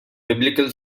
biblical